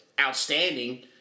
outstanding